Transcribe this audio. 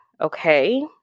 okay